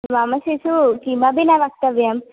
मम शिशुः किमपि न वक्तव्यम्